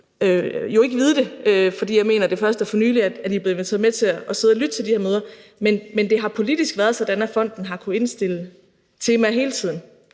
jo ikke vide det, for jeg mener, det først er for nylig, at I er blevet inviteret med til at sidde og lytte ved de her møder, men det har politisk været sådan, at fonden har kunnet indstille temaer hele tiden.